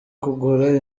kugura